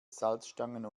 salzstangen